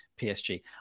PSG